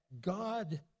God